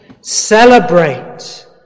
Celebrate